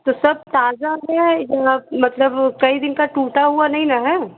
तो सब ताज़ा है इधर आप मतलब कई दिन का टूटा हुआ नहीं ना है